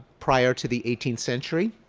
prior to the eighteenth century.